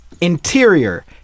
Interior